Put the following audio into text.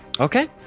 Okay